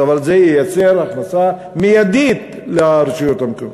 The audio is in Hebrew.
אבל זה ייצר הכנסה מיידית לרשויות המקומיות.